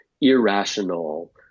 irrational